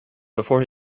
before